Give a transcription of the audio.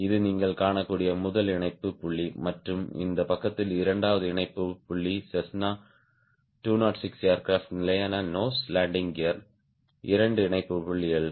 இது நீங்கள் காணக்கூடிய முதல் இணைப்பு புள்ளி மற்றும் இந்த பக்கத்தில் இரண்டாவது இணைப்பு புள்ளி செஸ்னா 206 ஏர்கிராப்ட் நிலையான நோஸ் லேண்டிங் கியரில் இரண்டு இணைப்பு புள்ளிகள்